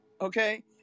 okay